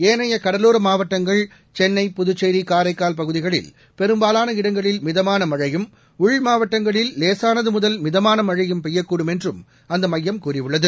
ஏனைய கடலோர மாவட்டங்கள் சென்னை புதுச்சேரி காரைக்கால் பகுதிகளில் பெரும்பாலான இடங்களில் மிதமான மழையும் உள்மாவட்டங்களில் லேசானது முதல் மிதமான மழையும் பெய்யக்கூடும் என்றும் அந்த மையம் கூறியுள்ளது